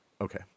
okay